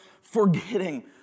forgetting